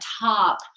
top